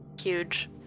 huge